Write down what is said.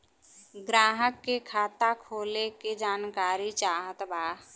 ग्राहक के खाता खोले के जानकारी चाहत बा?